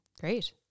Great